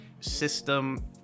system